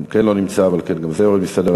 גם כן לא נמצא, ולכן גם זה יורד מסדר-היום.